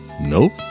Nope